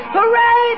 Hooray